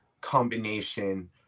combination